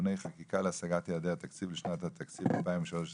(תיקוני חקיקה להשגת יעדי התקציב לשנות התקציב 2023